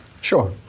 Sure